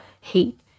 hate